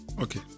okay